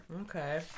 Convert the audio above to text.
Okay